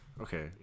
okay